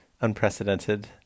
unprecedented